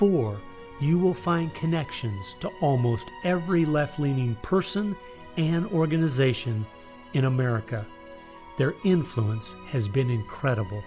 four you will find connections to almost every left leaning person and organization in america their influence has been incredible